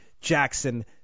Jackson